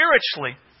spiritually